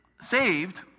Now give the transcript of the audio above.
saved